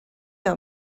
are